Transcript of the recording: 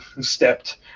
stepped